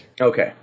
Okay